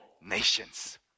nations